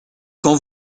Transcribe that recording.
quand